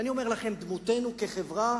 ואני אומר לכם, דמותנו כחברה